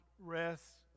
rest